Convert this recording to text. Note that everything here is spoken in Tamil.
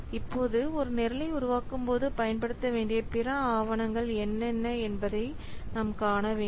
இப்போது ஒரு நிரலை உருவாக்கும் போது பயன்படுத்தப்பட வேண்டிய பிற ஆவணங்கள் என்னென்ன என்பதை நாம் காண வேண்டும்